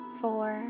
four